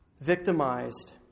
victimized